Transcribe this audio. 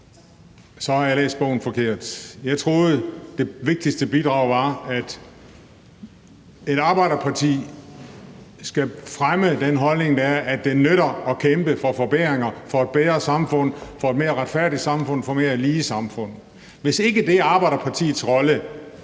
Så har jeg læst bogen forkert. Jeg troede, det vigtigste bidrag handlede om, at et arbejderparti skal fremme den holdning, at det nytter at kæmpe for forbedringer, for et bedre samfund, for et mere retfærdigt samfund og for et mere lige samfund. Hvis ikke det er arbejderpartiets rolle,